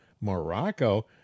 Morocco